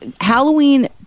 Halloween